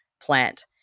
plant